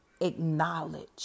acknowledge